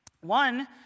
One